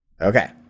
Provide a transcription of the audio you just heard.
Okay